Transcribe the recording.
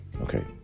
Okay